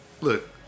Look